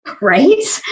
Right